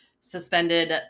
suspended